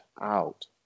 out